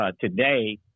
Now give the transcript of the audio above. today